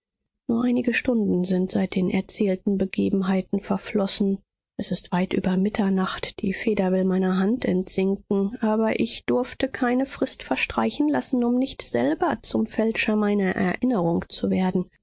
nur einige stunden sind seit den erzählten begebenheiten verflossen es ist weit über mitternacht die feder will meiner hand entsinken aber ich durfte keine frist verstreichen lassen um nicht selber zum fälscher meiner erinnerung zu werden